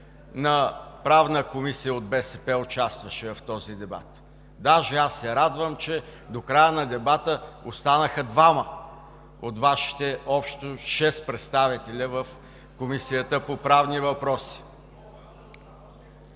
на Правната комисия от БСП участваше в този дебат. Даже се радвам, че до края на дебата останаха двама от Вашите общо шест представители в Комисията по правни въпроси.